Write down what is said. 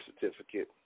certificate